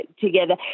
together